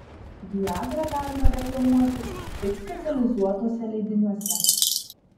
viagrą galima reklamuoti tik specializuotuose leidiniuose